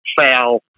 foul